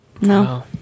No